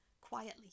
quietly